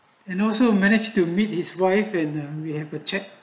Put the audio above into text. and also managed to meet his wife and we have a check